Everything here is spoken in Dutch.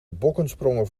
bokkensprongen